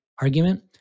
argument